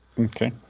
Okay